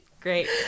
Great